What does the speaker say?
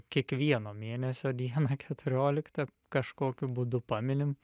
kiekvieno mėnesio dieną keturioliktą kažkokiu būdu paminim